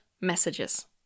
messages